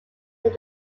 but